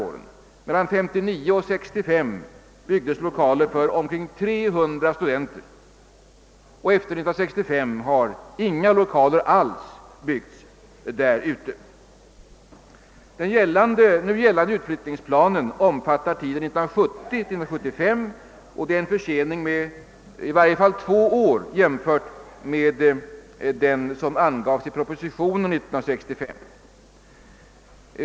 Mellan 1959 och 1965 uppfördes lokaler för omkring 300 studenter; efter 1965 har inga lokaler alls byggts. Den nu gällande utflyttningsplanen omfattar tiden 1970—1975, vilket innebär en försening med åtminstone två år i jämförelse med den plan som angavs i propositionen år 1965.